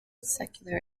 secular